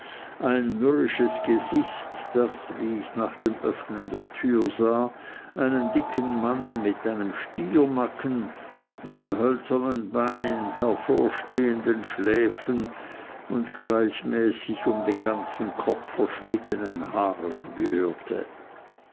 ein mürrisches gesicht das wie ich nach dem öffnen der türe sah einem dicken mann mit einem stiernacken einem hölzernen bein hervorstehenden schläfen und gleichmäßig um den ganzen kopf verschnittenen haaren gehörte